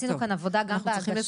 ועשינו כאן עבודה גם בהגשה,